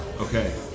Okay